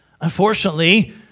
Unfortunately